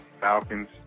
Falcons